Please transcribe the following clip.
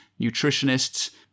nutritionists